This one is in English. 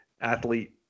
athlete